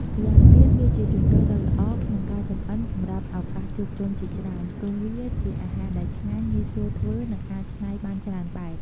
ម្យ៉ាងទៀត វាជាជម្រើសដ៏ល្អក្នុងការចម្អិនសម្រាប់ឱកាសជួបជុំជាច្រើន ព្រោះវាជាអាហារដែលឆ្ងាញ់ ងាយស្រួលធ្វើ និងអាចច្នៃបានច្រើនបែប។